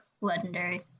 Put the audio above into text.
legendary